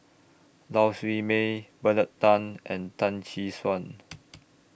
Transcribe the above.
Lau Siew Mei Bernard Tan and Tan Tee Suan